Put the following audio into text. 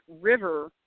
river